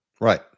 Right